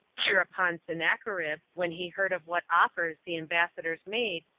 hereupon sennacherib, when he heard of what offers the ambassadors made,